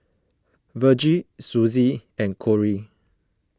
Virgie Suzy and Kory